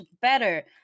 better